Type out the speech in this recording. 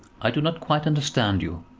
i do not quite understand you.